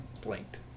blinked